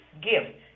gift